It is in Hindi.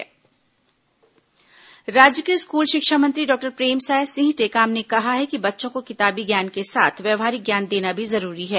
निष्ठा कार्यक्रम राज्य के स्कूल शिक्षा मंत्री डॉक्टर प्रेमसाय सिंह टेकाम ने कहा है कि बच्चों को किताबी ज्ञान के साथ व्यवहारिक ज्ञान देना भी जरूरी है